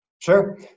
Sure